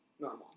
normal